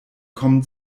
kommen